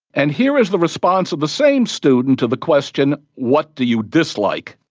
and here is the response of the same student to the question what do you dislike?